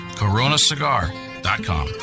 coronacigar.com